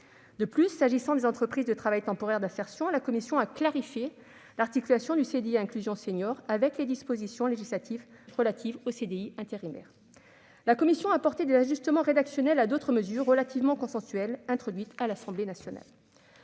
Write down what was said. ce qui concerne les entreprises de travail temporaire d'insertion (ETTI), la commission a clarifié l'articulation du CDI inclusion senior avec les dispositions législatives relatives au CDI intérimaire. La commission a également apporté des ajustements rédactionnels à d'autres mesures relativement consensuelles introduites à l'Assemblée nationale.